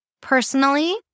Personally